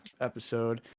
episode